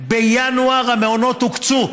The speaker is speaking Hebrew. בינואר המעונות הוקצו.